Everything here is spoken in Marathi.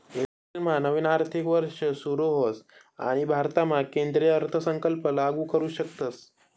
एप्रिलमा नवीन आर्थिक वर्ष सुरू होस आणि भारतामा केंद्रीय अर्थसंकल्प लागू करू शकतस